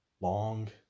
long